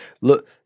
look